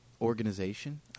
organization